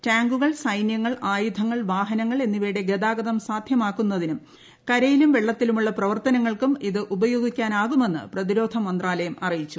ടാങ്കുകൾ സൈന്യങ്ങൾ ആയുധങ്ങൾ വാഹനങ്ങൾ എന്നിവയുടെ ഗതാഗതം സാദ്ധ്യമാക്കുന്നതിനും കരയിലും വെള്ളത്തിലുമുള്ള പ്രവർത്തനങ്ങൾക്കും ഇത് ഉപയോഗിക്കാനാകുമെന്ന് പ്രതിരോധ മന്ത്രാലയം അറിയിച്ചു